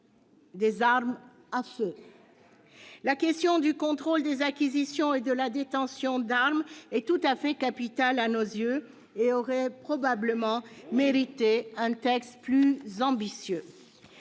d'armes à feu. La question du contrôle des acquisitions et de la détention d'armes, tout à fait capitale à nos yeux, aurait probablement mérité un texte plus ambitieux.